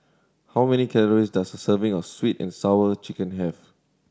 how many calories does a serving of Sweet And Sour Chicken have